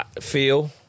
feel